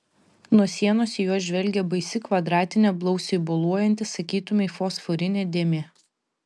nuo sienos į juos žvelgė baisi kvadratinė blausiai boluojanti sakytumei fosforinė dėmė